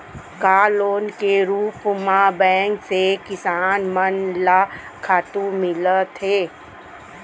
का लोन के रूप मा बैंक से किसान मन ला खातू मिलथे?